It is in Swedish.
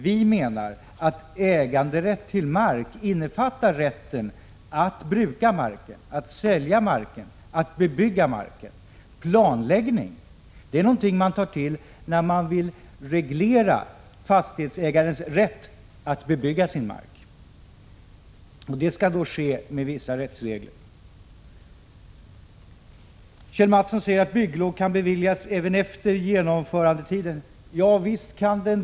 Vi menar att äganderätt till mark innefattar rätten att bruka marken, att sälja marken och att bebygga marken. Planläggning är någonting som man tar till när man vill reglera fastighetsägarens rätt att bebygga sin mark. Detta skall då ske enligt vissa rättsregler. Kjell Mattsson sade att bygglov kan beviljas även efter genomförandeti — Prot. 1986/87:36 den.